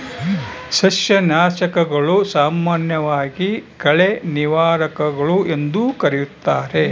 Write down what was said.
ಸಸ್ಯನಾಶಕಗಳು, ಸಾಮಾನ್ಯವಾಗಿ ಕಳೆ ನಿವಾರಕಗಳು ಎಂದೂ ಕರೆಯುತ್ತಾರೆ